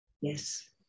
Yes